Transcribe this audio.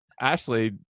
Ashley